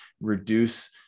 reduce